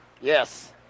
Yes